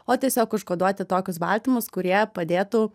o tiesiog užkoduoti tokius baltymus kurie padėtų